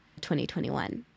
2021